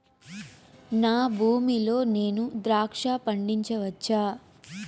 నా భూమి లో నేను ద్రాక్ష పండించవచ్చా?